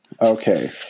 Okay